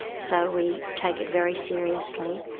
so we take it very seriously.